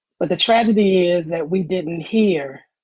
but the tragedy is that we didn't hear